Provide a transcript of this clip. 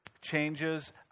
changes